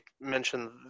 mention